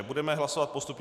Budeme hlasovat postupně.